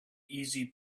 easy